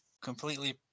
completely